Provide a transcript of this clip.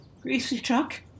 Greasy-Chuck